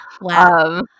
Wow